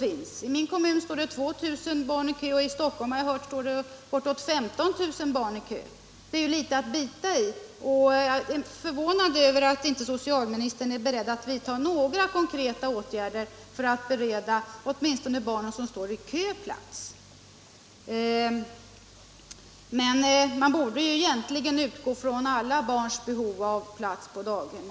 I min kommun står 2 000 barn i kö, och jag har hört att det i Stockholm står bortåt 15 000 barn i kö. Det är ju litet att bita i! Därför är jag förvånad över att socialministern inte är beredd att vidta några konkreta åtgärder för att bereda plats för åtminstone de barn som står i kö. Egentligen borde man utgå från alla barns behov av plats på daghem.